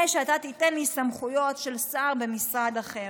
שאתה תיתן לי סמכויות של שר במשרד אחר.